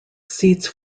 seats